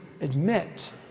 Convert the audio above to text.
admit